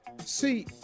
See